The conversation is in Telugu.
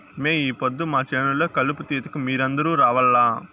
మే ఈ పొద్దు మా చేను లో కలుపు తీతకు మీరందరూ రావాల్లా